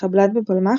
חבלן בפלמ"ח,